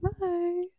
bye